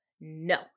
No